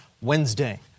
Wednesday